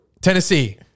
Tennessee